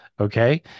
Okay